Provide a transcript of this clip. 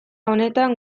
honetan